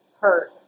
hurt